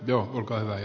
kiitos puhemies